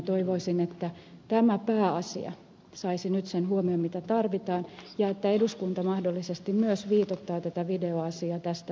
toivoisin että tämä pääasia saisi nyt sen huomion mitä tarvitaan ja että eduskunta mahdollisesti myös viitoittaa tätä videoasiaa tästä eteenpäin